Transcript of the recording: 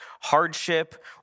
hardship